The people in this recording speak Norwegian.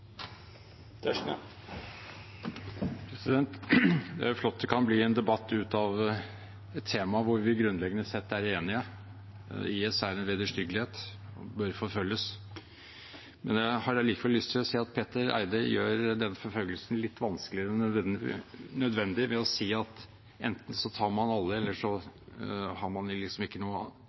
Det er flott at det kan bli en debatt av et tema der vi grunnleggende sett er enige: IS er en vederstyggelighet og bør forfølges. Jeg har likevel lyst til å si at Petter Eide gjør denne forfølgelsen litt vanskeligere enn nødvendig ved å si at enten tar man alle, eller så har man liksom ikke